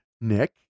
Nick